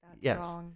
Yes